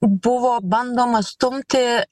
buvo bandoma stumti